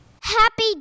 Happy